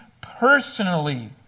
personally